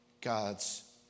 God's